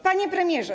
Panie Premierze!